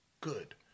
good